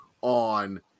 on